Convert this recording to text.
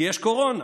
כי יש קורונה,